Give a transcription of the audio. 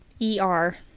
E-R